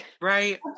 Right